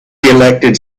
elected